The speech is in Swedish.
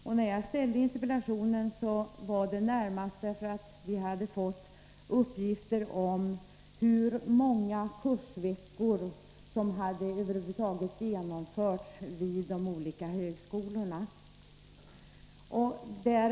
Jag framställde interpellationen närmast därför att vi hade fått uppgifter om hur många kursveckor som över huvud taget hade avklarats vid de olika högskolorna.